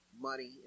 money